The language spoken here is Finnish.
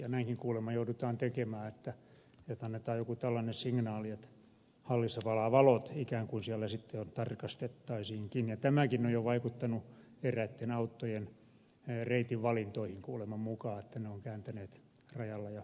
näinkin kuulemma joudutaan tekemään eli annetaan jokin tällainen signaali siitä että hallissa palaa valot ikään kuin siellä sitten tarkastettaisiinkin ja tämäkin on jo vaikuttanut eräitten autojen reitinvalintoihin kuuleman mukaan niin että ne ovat kääntyneet rajalla ja vaihtaneet suuntaa